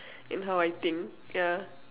and how I think yeah